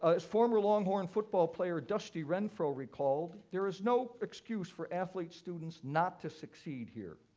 as former longhorn football player dusty renfro recalled, there is no excuse for athlete students not to succeed here.